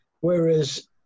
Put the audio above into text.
whereas